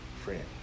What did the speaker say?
Friend